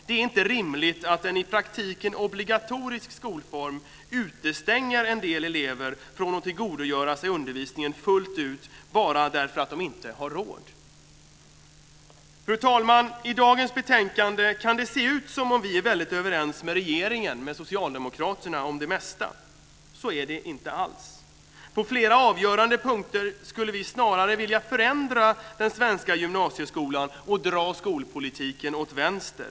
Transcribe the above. Det är inte rimligt att en i praktiken obligatorisk skolform utestänger en del elever från att tillgodogöra sig undervisningen fullt ut bara därför att de inte har råd. Fru talman! I dagens betänkande kan det se ut som om vi är väldigt överens med regeringen - med Socialdemokraterna - om det mesta. Så är det inte alls. På flera avgörande punkter skulle vi snarare vilja förändra den svenska gymnasieskolan och dra skolpolitiken åt vänster.